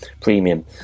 premium